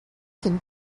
can